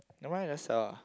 never mind just sell lah